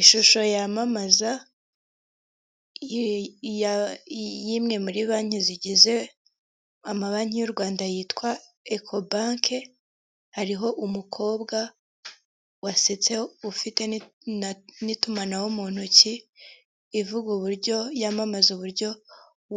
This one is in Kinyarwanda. Ishusho yamamaza y'imwe muri banki zigize amabanki y'u Rwanda yitwa eko banke, hariho umukobwa wasetse ufite n'itumanaho mu ntoki ivuga uburyo yamamaza uburyo